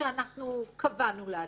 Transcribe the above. שאנחנו קבענו לעצמנו.